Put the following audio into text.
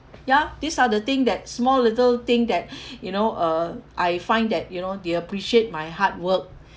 ya these are the thing that small little thing that you know uh I find that you know they appreciate my hard work